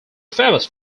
famous